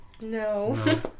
No